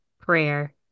prayer